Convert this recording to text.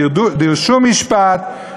דרשו משפט,